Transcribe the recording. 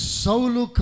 Saulu